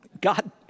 God